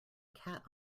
cat